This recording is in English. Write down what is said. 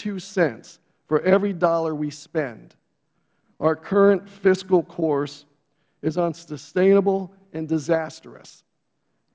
two cents for every dollar we spend our current fiscal course is unsustainable and disastrous